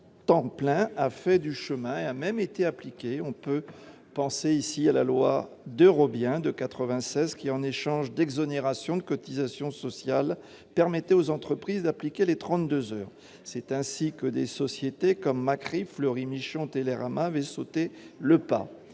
temps plein a fait du chemin. Elle a même été appliquée : on peut penser à la loi Robien de 1996, qui, en l'échange d'exonération de cotisations sociales, permettait aux entreprises d'appliquer les 32 heures. C'est ainsi que des sociétés comme la Macif, Fleury Michon ou Télérama avaient sauté le pas.